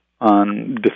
on